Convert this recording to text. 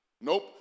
Nope